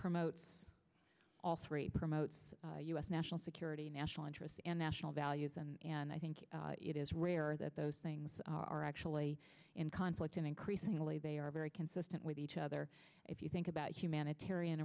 promotes all three promote u s national security national interest and national values and i think it is rare that those things are actually in conflict and increasingly they are very consistent with each other if you think about humanitarian